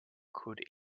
could